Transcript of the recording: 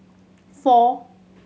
four